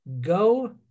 Go